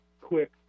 quick